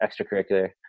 extracurricular